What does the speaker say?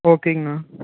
ஓகேங்கண்ணா